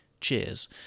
cheers